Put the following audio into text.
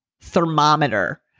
thermometer